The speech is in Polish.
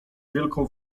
wielką